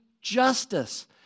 justice